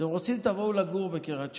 אתם רוצים, תבואו לגור בקריית שמונה.